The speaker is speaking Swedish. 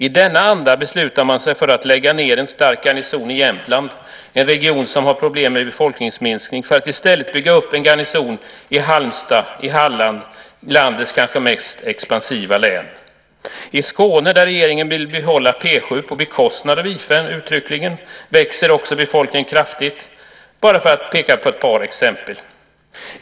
I denna anda beslutar man sig för att lägga ned en stark garnison i Jämtland, en region som har problem med befolkningsminskning, för att i stället bygga upp en garnison i Halmstad i Halland, landets kanske mest expansiva län. I Skåne, där regeringen vill behålla P 7 på bekostnad av i I 5, växer också befolkningen kraftigt. Jag tar upp dessa två för att peka på ett par exempel.